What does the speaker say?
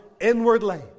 inwardly